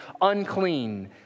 unclean